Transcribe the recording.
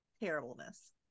terribleness